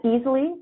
easily